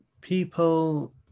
people